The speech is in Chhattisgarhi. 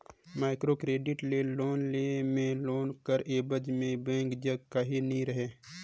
माइक्रो क्रेडिट ले लोन लेय में लोन कर एबज में बेंक जग काहीं नी रहें